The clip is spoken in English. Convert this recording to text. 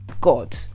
God